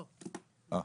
בבקשה.